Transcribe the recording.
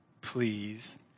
please